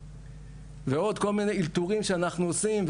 ועוד כל מיני אלתורים שאנחנו עושים,